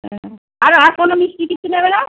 হ্যাঁ আর আর কোনো মিষ্টি টিস্টি নেবে না